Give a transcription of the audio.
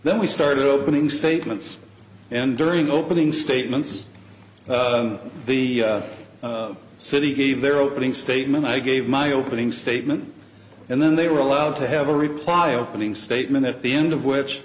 then we started opening statements and during opening statements the city gave their opening statement i gave my opening statement and then they were allowed to have a reply opening statement at the end of which